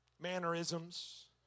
Mannerisms